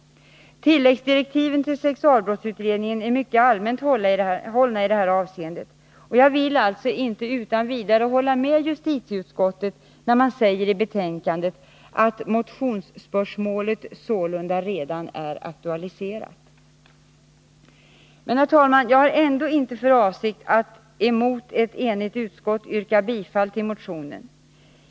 Tilläggsdirektiven till sexualbrottsutredningen är mycket allmänt hållna, och jag kan därför inte utan vidare hålla med justitieutskottet när man i betänkandet säger att motionsspörsmålet sålunda redan är aktualiserat. Herr talman! Jag har ändå inte för avsikt att mot ett enigt utskott yrka bifall till motionen.